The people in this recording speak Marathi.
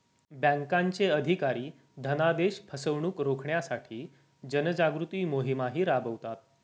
बँकांचे अधिकारी धनादेश फसवणुक रोखण्यासाठी जनजागृती मोहिमाही राबवतात